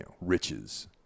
riches